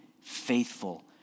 faithful